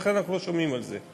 ולכן אנחנו לא שומעים על זה.